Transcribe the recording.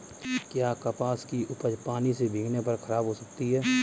क्या कपास की उपज पानी से भीगने पर खराब हो सकती है?